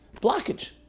blockage